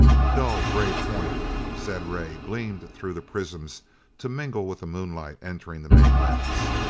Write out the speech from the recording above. the dull gray point of zed-ray gleamed through the prisms to mingle with the moonlight entering the main lens.